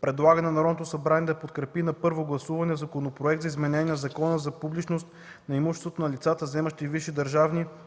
предлага на Народното събрание да подкрепи на първо гласуване Законопроект за изменение на Закона за публичност на имуществото на лица, заемащи висши държавни,